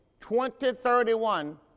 2031